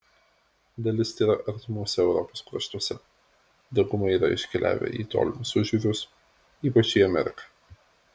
dalis tėra artimuose europos kraštuose dauguma yra iškeliavę į tolimus užjūrius ypač į ameriką